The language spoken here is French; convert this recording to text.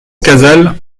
casals